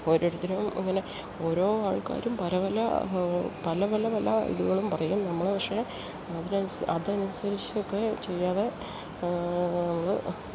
ഓരോരുത്തരും അങ്ങനെ ഓരോ ആൾക്കാരും പല പല പല പല പല ഇതുകളും പറയും നമ്മൾ പക്ഷേ അതിന് അനുസരിച്ച് അത് അനുസരിച്ചൊക്കെ ചെയ്യാതെ നമ്മൾ